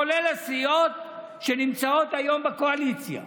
כולל הסיעות שנמצאות היום בקואליציה,